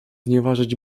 znieważać